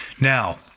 now